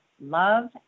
love